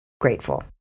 grateful